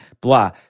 blah